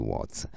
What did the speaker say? Watts